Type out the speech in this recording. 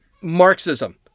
Marxism